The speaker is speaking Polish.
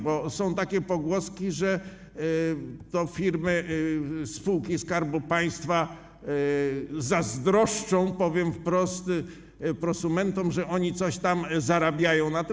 Bo są takie pogłoski, że to firmy, spółki Skarbu Państwa zazdroszczą, powiem wprost, prosumentom, że oni coś tam zarabiają na tym.